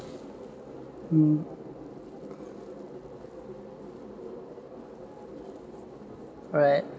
mm right